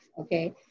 okay